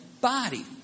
body